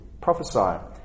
prophesy